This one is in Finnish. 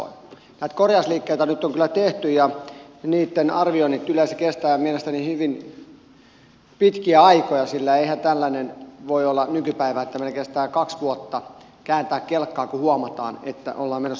näitä korjausliikkeitä nyt on kyllä tehty ja niitten arvioinnit yleensä kestävät mielestäni hyvin pitkiä aikoja sillä eihän tällainen voi olla nykypäivää että meillä kestää kaksi vuotta kääntää kelkkaa kun huomataan että ollaan menossa väärään suuntaan